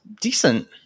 decent